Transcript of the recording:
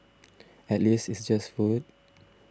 at least it's just food